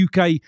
UK